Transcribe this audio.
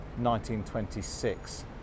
1926